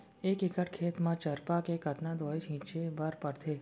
एक एकड़ खेत म चरपा के कतना दवई छिंचे बर पड़थे?